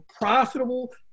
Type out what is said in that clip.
profitable